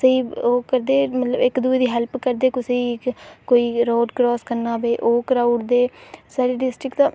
स्हेई ओह् मतलब हेल्प करदे इक्क दूए दी ते प्ही कोई रोड क्रॉस करना ते ओह् कराई ओड़दे साढ़ी डिस्ट्रिक्ट दा